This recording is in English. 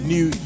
New